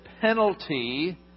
penalty